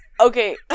okay